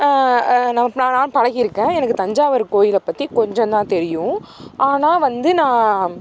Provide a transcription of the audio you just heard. நான் நான் நான் பழகி இருக்கேன் எனக்கு தஞ்சாவூர் கோயிலை பற்றி கொஞ்சம்தான் தெரியும் ஆனால் வந்து நான்